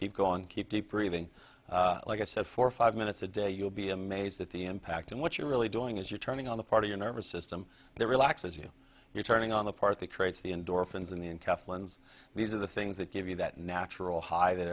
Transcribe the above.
keep going keep deep breathing like i said for five minutes a day you'll be amazed at the impact and what you're really doing is you're turning on the part of your nervous system that relaxes you you're turning on the part that creates the endorphins and then kathleen's these are the things that give you that natural high that